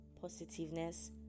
positiveness